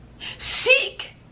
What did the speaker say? Seek